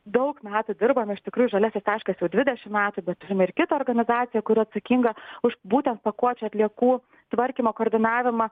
daug metų dirbam iš tikrųjų žaliasis taškas jau dvidešimt metų bet ir merkito organizacija kuri atsakinga už būtent pakuočių atliekų tvarkymo koordinavimą